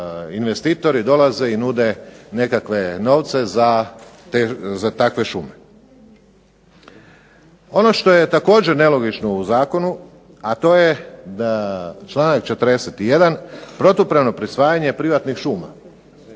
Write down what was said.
investitori dolaze i nude novce za takve šume. Ono što je također nelogično u Zakonu, a to je članak 41. protupravno prisvajanje privatnih šuma.